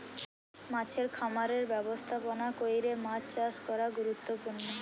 মাছের খামারের ব্যবস্থাপনা কইরে মাছ চাষ করা গুরুত্বপূর্ণ